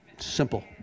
Simple